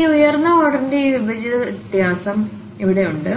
ഈ ഉയർന്ന ഓർഡറിന്റെ ഈ വിഭജിത വ്യത്യാസം ഇവിടെയുണ്ട്